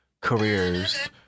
careers